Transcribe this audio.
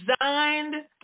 Designed